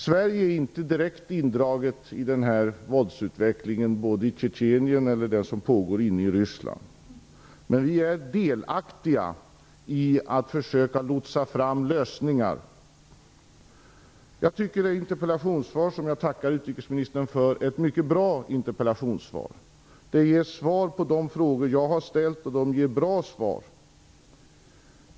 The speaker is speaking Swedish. Sverige är inte direkt indraget i den här våldsutvecklingen, varken i Tjetjenien eller inne i Ryssland. Men vi är delaktiga i försöken att lotsa fram lösningar. Jag tycker att interpellationssvaret är mycket bra. Det ger svar på de frågor jag har ställt, och det är bra svar.